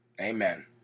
Amen